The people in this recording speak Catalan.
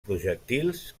projectils